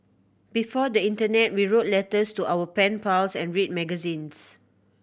before the internet we wrote letters to our pen pals and read magazines